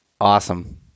awesome